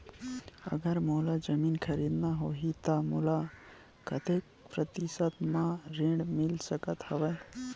अगर मोला जमीन खरीदना होही त मोला कतेक प्रतिशत म ऋण मिल सकत हवय?